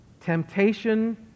Temptation